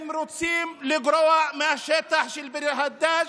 הם רוצים לגרוע מהשטח של ביר הדאג',